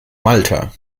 malta